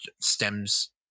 stems